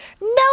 No